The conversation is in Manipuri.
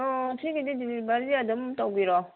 ꯑꯥ ꯁꯤꯒꯤꯗꯤ ꯗꯤꯂꯤꯕꯔꯤ ꯑꯗꯨꯝ ꯇꯧꯕꯤꯔꯣ